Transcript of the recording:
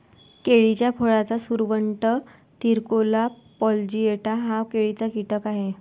केळीच्या फळाचा सुरवंट, तिराकोला प्लॅजिएटा हा केळीचा कीटक आहे